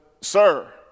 Sir